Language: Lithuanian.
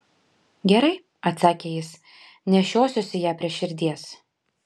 gerai atsakė jis nešiosiuosi ją prie širdies